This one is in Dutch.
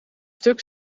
stuk